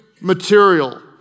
material